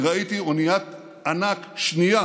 וראיתי אוניית ענק שנייה